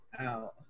out